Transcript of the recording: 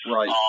Right